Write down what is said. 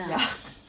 ya